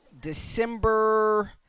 December